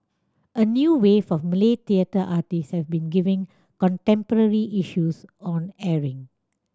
a new wave of Malay theatre artists has been giving contemporary issues on airing